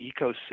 ecosystem